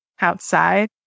outside